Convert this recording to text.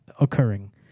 occurring